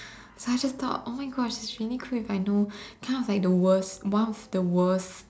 I just thought oh my Gosh it's really cool if I know kind of like the worst one of the worst